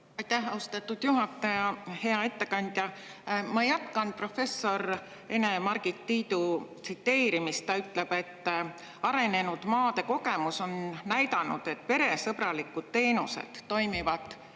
Aitäh, austatud juhataja! Hea ettekandja! Ma jätkan professor Ene-Margit Tiidu tsiteerimist. Ta ütleb: "Arenenud maade [‑‑‑] kogemus on näidanud, et peresõbralikud teenused toimivad